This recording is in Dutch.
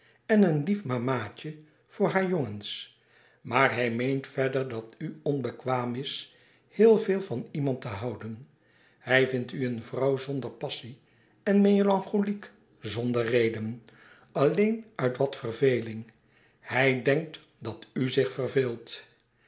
en een lief mama tje voor haar jongens maar hij meent verder dat u onbekwaam is heel veel van iemand te houden hij vindt u een vrouw zonder passie en melancholiek zonder reden alleen uit wat verveling hij denkt dat u zich verveelt